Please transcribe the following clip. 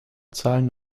zahlen